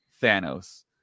Thanos